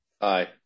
Aye